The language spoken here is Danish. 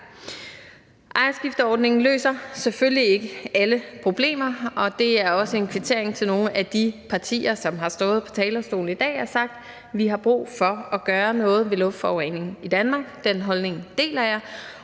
Ejerskifteordningen løser selvfølgelig ikke alle problemer, og det er også en kvittering til nogle af de partier, som har stået på talerstolen i dag og sagt, at vi har brug for at gøre noget ved luftforureningen i Danmark. Den holdning deler jeg,